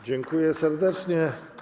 Dziękuję serdecznie.